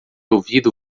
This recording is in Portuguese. ouvido